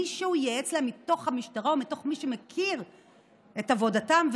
מישהו ייעץ להם מתוך המשטרה או מתוך מי שמכיר את עבודתם,